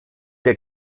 der